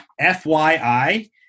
FYI